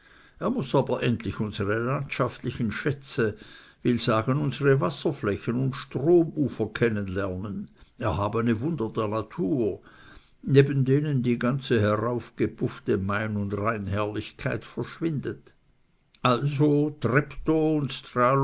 er muß aber endlich unsere landschaftlichen schätze will sagen unsere wasserflächen und stromufer kennen lernen erhabene wunder der natur neben denen die ganze heraufgepuffte main und rheinherrlichkeit verschwindet also treptow und